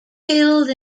killed